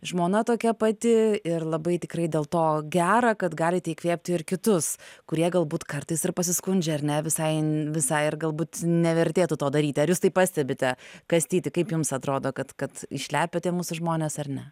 žmona tokia pati ir labai tikrai dėl to gera kad galite įkvėpti ir kitus kurie galbūt kartais ir pasiskundžia ar ne visai visai ir galbūt nevertėtų to daryti ar jūs tai pastebite kastyti kaip jums atrodo kad kad išlepę tie mūsų žmonės ar ne